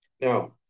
Now